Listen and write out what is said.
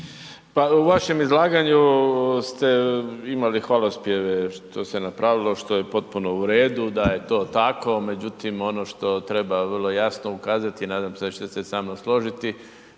Pa u vašem izlaganju ste imali hvalospjeve što se napravilo, što je potpuno uredu da je to tako, međutim ono što treba vrlo jasno ukazati i nadam se da ćete se sa mnom složiti